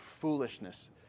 Foolishness